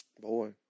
Boy